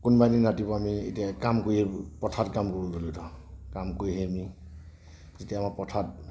কোনোবা দিন ৰাতিপুৱা আমি এতিয়া কাম কৰি পথাৰত কাম কৰিবলৈ গ'লোঁ ধৰ কাম কৰি আহি আমি যেতিয়া আমাৰ পথাৰত